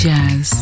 Jazz